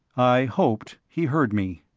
i hoped he heard me.